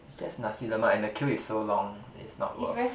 is just Nasi-Lemak and the queue is so long is not worth